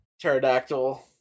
Pterodactyl